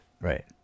right